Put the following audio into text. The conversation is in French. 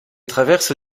traverse